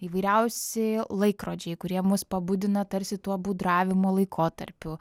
įvairiausi laikrodžiai kurie mus pabudina tarsi tuo būdravimo laikotarpiu